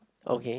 okay